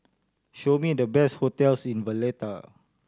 show me the best hotels in Valletta